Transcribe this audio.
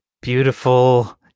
beautiful